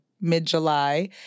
mid-July